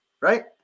right